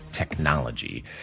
Technology